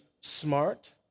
smart